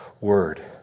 word